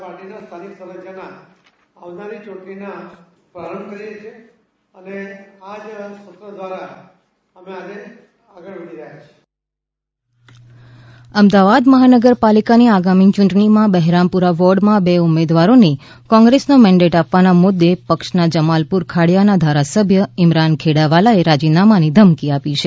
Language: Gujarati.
ઈમરાન ખેડાવાલા કોંગ્રેસ અમદાવાદ મહાનગર પાલિકાની આગામી ચૂંટણીમાં બહેરામપુરા વોર્ડમાં બે ઉમેદવારોને કોંગ્રેસનો મેન્ડેટ આપવાના મુદ્દે પક્ષના જમાલપુર ખાડીયાના ધારાસભ્ય ઈમરાન ખેડાવાલાએ રાજીનામાની ધમકી આપી છે